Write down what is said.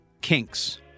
kinks